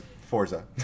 Forza